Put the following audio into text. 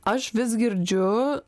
aš vis girdžiu